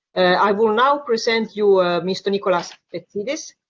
i will now present you ah mr nicholas spetsidis,